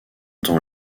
temps